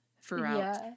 throughout